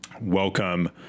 welcome